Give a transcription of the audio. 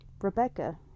Rebecca